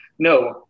No